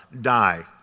die